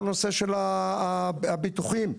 הביטוחים,